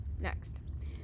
Next